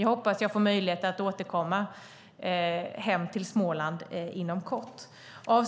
Jag hoppas få möjlighet att komma hem till Småland inom kort. Jag